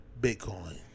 Bitcoin